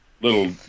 little